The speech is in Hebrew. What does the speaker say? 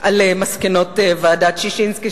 על מסקנות ועדת-ששינסקי,